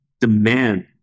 demand